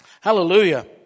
Hallelujah